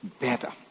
better